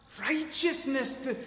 righteousness